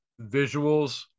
visuals